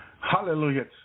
Hallelujah